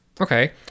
Okay